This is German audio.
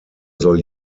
soll